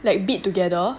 like bid together